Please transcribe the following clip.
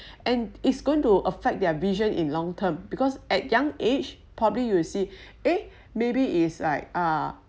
and it's going to affect their vision in long term because at young age probably you will see eh maybe it's like uh